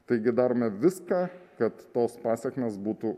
taigi darome viską kad tos pasekmės būtų